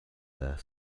their